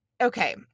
Okay